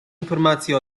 informacje